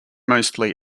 mostly